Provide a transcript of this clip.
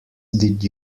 did